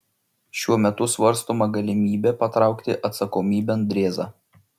šiuo metu svarstoma galimybė patraukti atsakomybėn drėzą